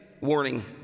warning